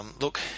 Look